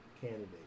candidate